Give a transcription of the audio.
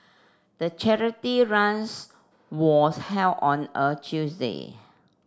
the charity runs was held on a Tuesday